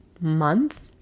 month